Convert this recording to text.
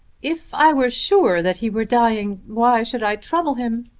if i were sure that he were dying, why should i trouble him?